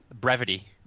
brevity